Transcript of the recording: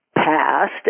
past